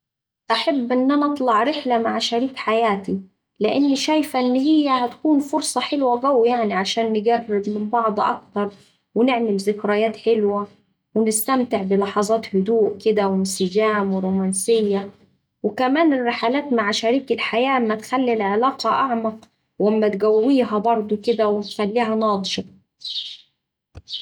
أحب إن أنا أطلع رحلة مع شريك حياتي لإن شايفة إن هيه هتكون فرصة حلوة قوي يعني عشان نقرب من بعض أكتر ونعمل ذكريات حلوة ونستمتع بلحظات هدوء كدا وانسجام ورومانسية، وكمان الرحلات مع شريك الحياة أما تخلي العلاقة أعمق وأما تقويها برضه كدا وتخليها ناضجة